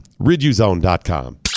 Riduzone.com